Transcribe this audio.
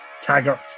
Taggart